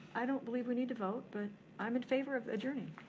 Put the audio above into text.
i don't believe we need to vote, but i'm in favor of adjourning.